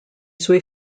suoi